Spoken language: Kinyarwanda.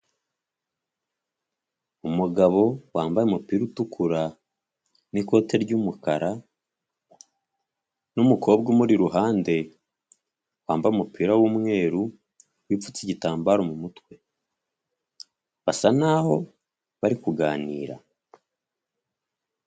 Umugabo wambaye umupira utukura n'ikote ry'umukara n'umukobwa umuri iruhande wambaye umupira w'umweru wipfutse igitambaro mu mutwe basa naho bari kuganira.